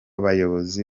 bayobozi